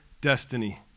destiny